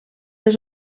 les